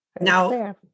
Now